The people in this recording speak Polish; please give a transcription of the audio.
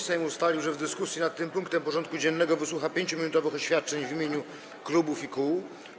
Sejm ustalił, że w dyskusji nad tym punktem porządku dziennego wysłucha 5-minutowych oświadczeń w imieniu klubów i kół.